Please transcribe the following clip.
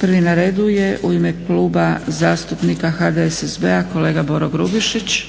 Prvi na redu je, u ime Kluba zastupnika HDSSB-a, kolega Boro Grubišić.